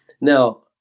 now